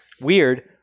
weird